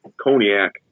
Cognac